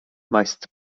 meist